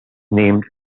named